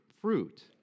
fruit